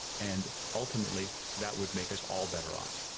and ultimately, that would make us all better off.